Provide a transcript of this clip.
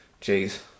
Jeez